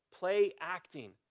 play-acting